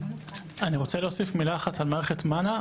אני רוצה להוסיף מילה אחת על מערכת מנ"ע.